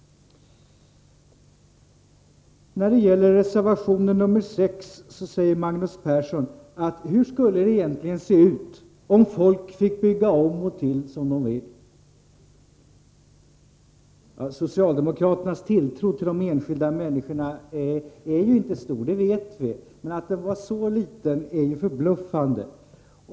När det gäller reservationen 6 undrar Magnus Persson hur det egentligen skulle se ut om folk fick bygga om och till som de ville. Socialdemokraternas tilltro till de enskilda människorna är ju inte stor, det vet vi, men att den var sålliten är förbluffande.